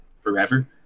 forever